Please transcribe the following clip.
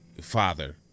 father